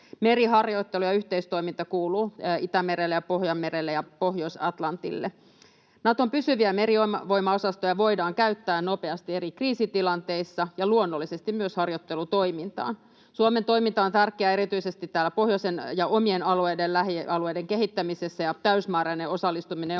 Meriharjoittelu ja yhteistoiminta kuuluvat Itämerelle ja Pohjanmerelle ja Pohjois-Atlantille. Naton pysyviä merivoimaosastoja voidaan käyttää nopeasti eri kriisitilanteissa ja luonnollisesti myös harjoittelutoimintaan. Suomen toiminta on tärkeää erityisesti täällä pohjoisen ja omien alueiden ja lähialueiden kehittämisessä, ja täysimääräinen osallistuminen on myös